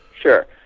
Sure